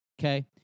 okay